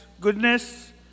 goodness